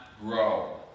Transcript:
grow